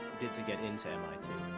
did to get into mit.